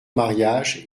mariage